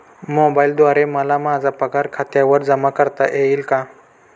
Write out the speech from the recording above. मोबाईलद्वारे मला माझा पगार खात्यावर जमा करता येईल का?